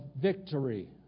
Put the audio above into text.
victory